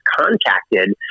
contacted